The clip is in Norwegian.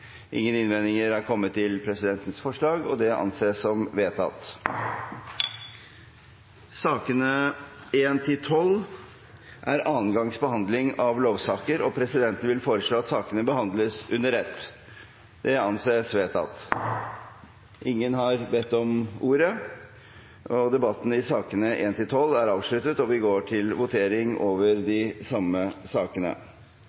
Ingen innvendinger er kommet mot presidentens forslag. – Det anses vedtatt. Sakene nr. 1–12 er andre gangs behandling av lovsaker, og presidenten vil foreslå at sakene behandles under ett. – Det anses vedtatt. Ingen har bedt om ordet til sakene nr. 1–12. Ingen har bedt om ordet. Etter ønske fra energi- og miljøkomiteen vil presidenten foreslå at debatten blir begrenset til